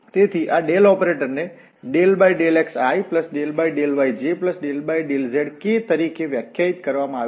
તેથી આ ડેલ ઓપરેટરને ∂xi∂yj∂zk તરીકે વ્યાખ્યાયિત કરવામાં આવ્યું છે